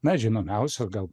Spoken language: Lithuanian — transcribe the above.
na žinomiausias gal